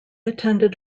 attended